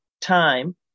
time